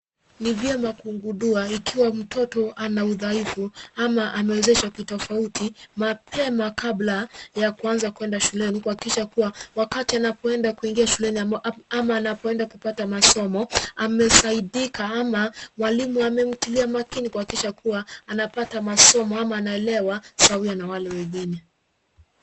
Ni vyema kugundua ikiwa mtoto ana udhaifu ama amewezeshwa kitofauti mapema kabla ya kuanza kuenda shuleni kuhakikisha kuwa wakati anapoenda kuingia shuleni ama anapoenda kupata masomo amesaidika ama mwalimu amemtilia makini kuhakikisha kuwa anapata masomo ama anaelewa sawia na wale wengine.